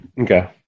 Okay